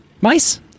mice